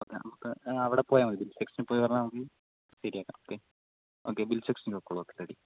ആ നമുക്ക് അവിടെ പോയാൽ മതി ബിൽ സെക്ഷനിൽ പോയി പറഞ്ഞാൽ നമുക്ക് ശരി ആക്കാം ഓക്കെ ഓക്കെ ബിൽ സെക്ഷനിൽ പൊക്കോളൂ റെഡി